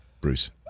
Bruce